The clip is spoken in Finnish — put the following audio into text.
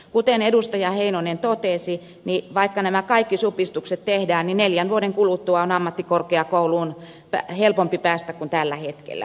kuten edustaja heinonen totesi vaikka nämä kaikki supistukset tehdään niin neljän vuoden kuluttua on ammattikorkeakouluun helpompi päästä kuin tällä hetkellä